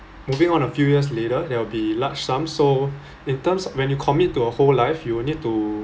moving on a few years later they'll be large sum so in terms when you commit to a whole life you will need to